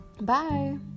Bye